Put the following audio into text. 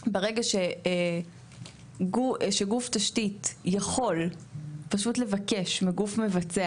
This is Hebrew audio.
שברגע שגוף התשתית יכול פשוט לבקש מגוף מבצע